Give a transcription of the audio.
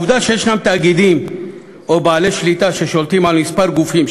העובדה שיש תאגידים או בעלי שליטה ששולטים על כמה גופים,